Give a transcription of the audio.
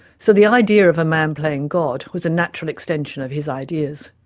so the idea of a man playing god was a natural extension of his ideas.